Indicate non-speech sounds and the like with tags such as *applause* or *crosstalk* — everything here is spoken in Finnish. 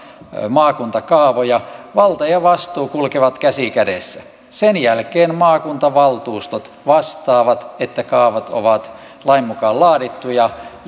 maakuntakaavoja valta ja vastuu kulkevat käsi kädessä sen jälkeen maakuntavaltuustot vastaavat että kaavat ovat lain mukaan laadittuja *unintelligible*